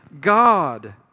God